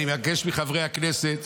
אני מבקש מחברי הכנסת,